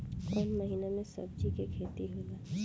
कोउन महीना में सब्जि के खेती होला?